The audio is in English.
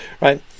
right